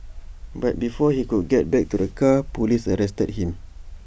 but before he could get back to the car Police arrested him